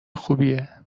خوبیه